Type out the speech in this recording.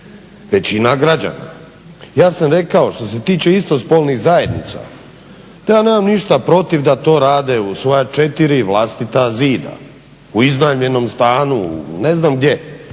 Većina građana. Ja sam rekao što se tiče istospolnih zajednica da ja nemam ništa protiv da to rade u svoja četiri vlastita zida, u iznajmljenom stanu, ne znam gdje,